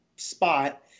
spot